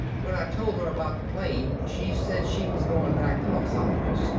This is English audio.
when i told her about the plane, she said she was going back to los alamos.